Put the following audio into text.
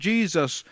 Jesus